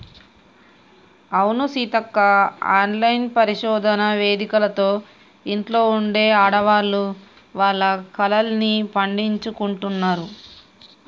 అవును సీతక్క ఆన్లైన్ పరిశోధన ఎదికలతో ఇంట్లో ఉండే ఆడవాళ్లు వాళ్ల కలల్ని పండించుకుంటున్నారు